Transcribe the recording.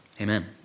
Amen